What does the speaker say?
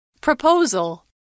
Proposal